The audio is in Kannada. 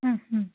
ಹ್ಞೂ ಹ್ಞೂ